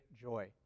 joy